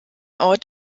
ort